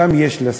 גם יש לה סוף,